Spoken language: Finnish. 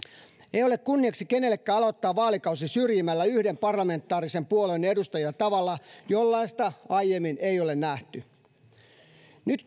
ei ole kunniaksi kenellekään aloittaa vaalikausi syrjimällä yhden parlamentaarisen puolueen edustajia tavalla jollaista aiemmin ei ole nähty nyt